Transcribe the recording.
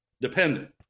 dependent